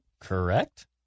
Correct